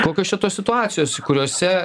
kokios čia tos situacijos kuriose